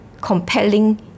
compelling